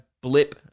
blip